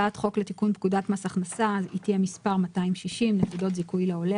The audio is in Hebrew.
חוק לתיקון פקודת מס הכנסה (דחיית מימוש נקודות זיכוי לעולה),